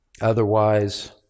Otherwise